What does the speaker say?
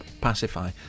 pacify